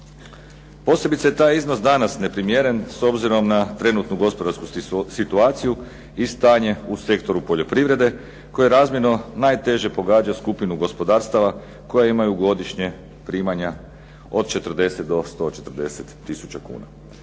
Posebice je taj iznos danas neprimjeren s obzirom na trenutačnu gospodarsku situaciju i stanje u sektoru poljoprivrede, koji razmjerno najteže pogađa skupinu gospodarstava koji imaju godišnje primanja od 40 do 140 tisuća kuna.